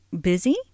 busy